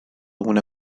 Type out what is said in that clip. una